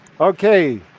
Okay